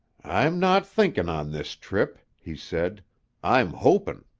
i'm not thinkin' on this trip, he said i'm hopin'.